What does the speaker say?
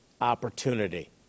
opportunity